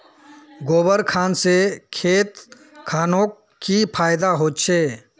गोबर खान से खेत खानोक की फायदा होछै?